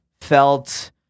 Felt